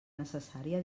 necessària